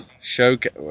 Showcase